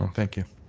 um thank you.